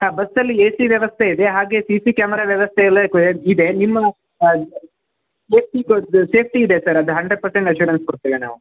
ಆ ಬಸ್ಸಲ್ಲಿ A C ವ್ಯವಸ್ಥೆ ಇದೆ ಹಾಗೆ ಸಿ ಸಿ ಕ್ಯಾಮರಾ ವ್ಯವಸ್ಥೆ ಎಲ್ಲ ಇದೆ ನಿಮ್ಮ ಸೇಫ್ಟಿ ಕೊಡ ಸೇಫ್ಟಿ ಇದೆ ಸರ್ ಅದು ಹಂಡ್ರೆಡ್ ಪರ್ಸೆಂಟ್ ಅಶ್ಯುರೆನ್ಸ್ ಕೊಡ್ತೇವೆ ನಾವು